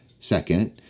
Second